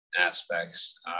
aspects